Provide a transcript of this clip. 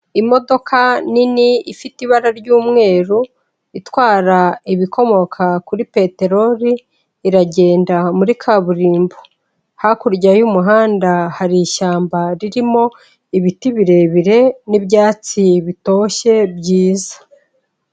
Imodoka nini ifite ibara ry'umweru itwara ibikomoka kuri peteroli iragenda muri kaburimbo, hakurya y'umuhanda hari ishyamba ririmo ibiti birebire n'ibyatsi bitoshye byiza.